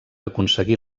aconseguir